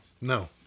No